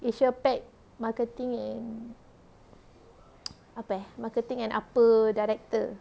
asia-pac marketing and apa eh marketing and apa director